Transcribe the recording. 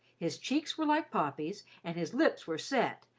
his cheeks were like poppies, and his lips were set,